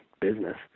business